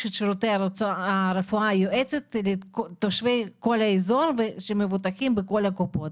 את שירותי הרפואה היועצת לתושבי כל האזור ואשר מבוטחים בכל קופות